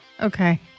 Okay